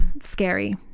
scary